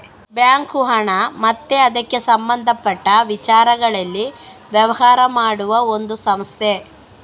bank ಹಣ ಮತ್ತೆ ಅದಕ್ಕೆ ಸಂಬಂಧಪಟ್ಟ ವಿಚಾರಗಳಲ್ಲಿ ವ್ಯವಹಾರ ಮಾಡುವ ಒಂದು ಸಂಸ್ಥೆ